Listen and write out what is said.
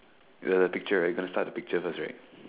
the the picture right gonna start the picture first right